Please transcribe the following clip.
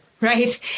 right